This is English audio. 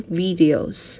videos